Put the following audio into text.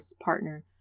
partner